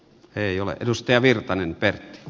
ei ole edustaja virtanen pertti